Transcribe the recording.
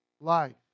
life